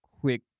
quick